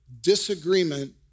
disagreement